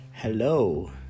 Hello